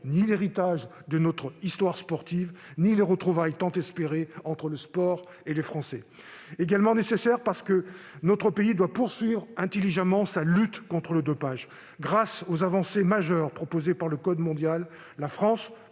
ni l'héritage de notre histoire sportive ni les retrouvailles tant espérées entre le sport et les Français. Elle est nécessaire, également, parce que notre pays doit poursuivre intelligemment sa lutte contre le dopage. Grâce aux avancées majeures proposées dans le code mondial antidopage